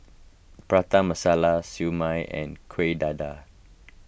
Prata Masala Siew Mai and Kuih Dadar